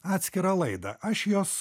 atskirą laidą aš jos